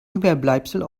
überbleibsel